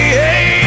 hey